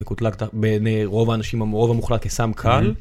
וקוטלג בין רוב האנשים, רוב המוחלט כסם קל.